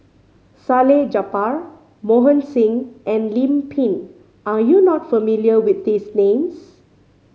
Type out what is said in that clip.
Salleh Japar Mohan Singh and Lim Pin are you not familiar with these names